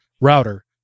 router